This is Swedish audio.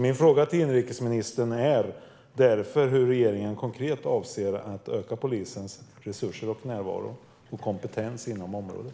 Min fråga till inrikesministern är därför: Hur avser regeringen att konkret öka polisens resurser, närvaro och kompetens inom området?